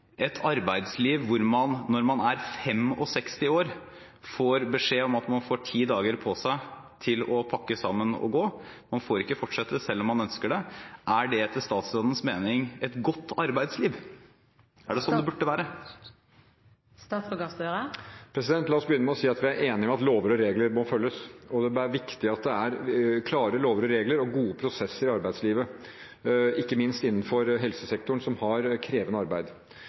man får ti dager på seg til å pakke sammen og gå – man får ikke fortsette selv om man ønsker det – er det etter statsrådens mening et godt arbeidsliv? Er det sånn det burde være? La oss begynne med å si at vi er enige om at lover og regler må følges. Det er viktig at det er klare lover og regler og gode prosesser i arbeidslivet, ikke minst innenfor helsesektoren som har et krevende arbeid.